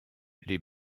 les